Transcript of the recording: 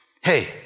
Hey